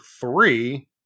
three